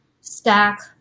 stack